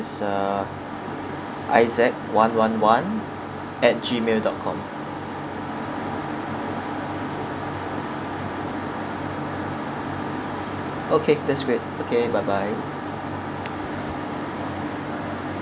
uh issac one one one at gmail dot com okay that's great okay bye bye